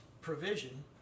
provision